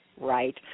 right